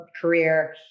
career